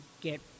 get